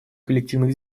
коллективных